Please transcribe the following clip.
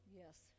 yes